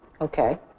Okay